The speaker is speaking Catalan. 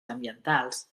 ambientals